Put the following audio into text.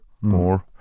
more